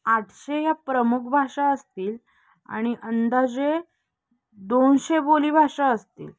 आठशे ह्या प्रमुख भाषा असतील आणि अंदाजे दोनशे बोली भाषा असतील